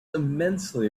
immensely